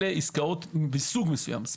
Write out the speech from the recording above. אלה עסקאות מסוג מסוים.